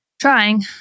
Trying